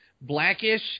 Blackish